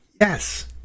Yes